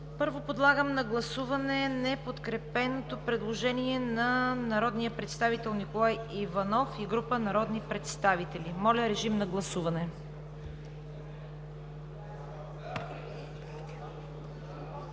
Първо, подлагам на гласуване неподкрепеното предложение на народния представител Николай Иванов и група народни представители. Гласували